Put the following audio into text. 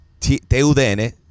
TUDN